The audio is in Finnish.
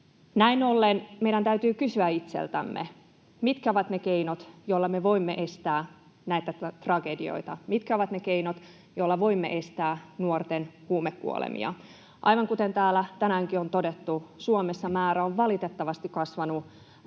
Näin ollen meidän täytyy kysyä itseltämme, mitkä ovat ne keinot, joilla me voimme estää näitä tragedioita, mitkä ovat ne keinot, joilla voimme estää nuorten huumekuolemia. Aivan, kuten täällä tänäänkin on todettu, Suomessa määrä on valitettavasti kasvanut